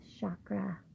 chakra